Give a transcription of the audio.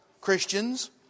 Christians